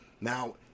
Now